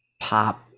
pop